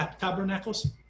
Tabernacles